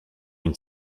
une